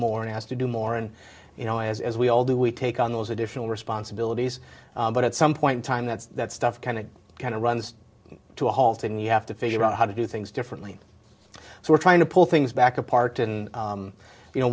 more and has to do more and you know as we all do we take on those additional responsibilities but at some point in time that's that stuff kind of kind of runs to a halt and you have to figure out how to do things differently so we're trying to pull things back apart in you know